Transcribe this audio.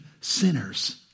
sinners